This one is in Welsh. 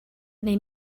neu